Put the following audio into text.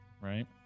Right